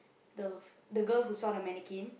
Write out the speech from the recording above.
the the girl who saw the mannequin